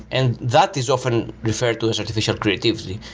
and that is often referred to as artificial creativity.